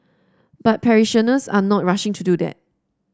but parishioners are not rushing to do that